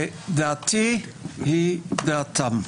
דעתי היא דעתם.